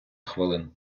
хвилин